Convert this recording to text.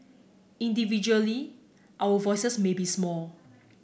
individually our voices may be small